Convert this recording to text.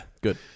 Good